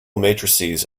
matrices